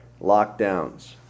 lockdowns